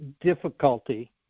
difficulty